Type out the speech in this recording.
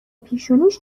پیشونیش